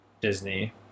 Disney